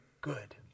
good